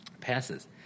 Passes